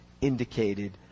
indicated